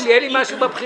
אם יהיה לי משהו בבחירות,